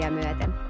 myöten